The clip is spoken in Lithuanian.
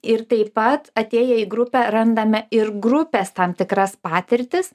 ir taip pat atėję į grupę randame ir grupės tam tikras patirtis